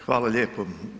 Hvala lijepo.